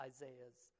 Isaiah's